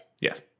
Yes